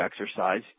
exercise